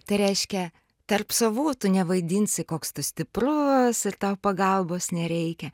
tai reiškia tarp savų tu nevaidinsi koks tu stiprus ir tau pagalbos nereikia